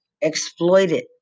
exploited